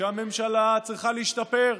שהממשלה צריכה להשתפר,